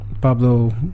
Pablo